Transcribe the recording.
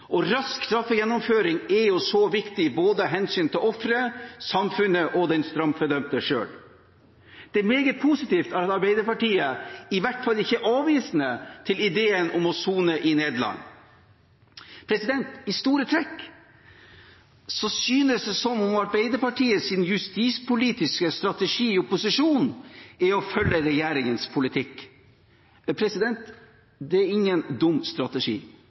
og rask straffegjennomføring er viktig av hensyn til både offeret, samfunnet og den straffedømte selv. Det er meget positivt at Arbeiderpartiet i hvert fall ikke er avvisende til ideen om å sone i Nederland. I store trekk synes det som om Arbeiderpartiets justispolitiske strategi i opposisjon er å følge regjeringens politikk. Det er ingen dum strategi